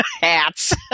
Hats